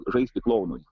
žaisti klounui